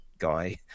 guy